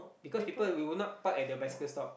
because people we would not park at the bicycle stop